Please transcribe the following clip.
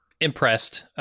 impressed